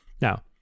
Now